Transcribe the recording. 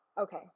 okay